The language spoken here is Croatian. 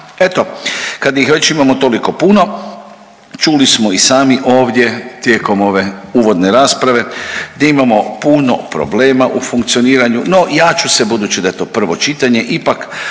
Eto, kad ih već imamo toliko puno čuli smo i sami ovdje tijekom ove uvodne rasprave da imamo puno problema u funkcioniranju, no ja ću se budući da je to prvo čitanje ipak